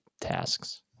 tasks